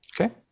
Okay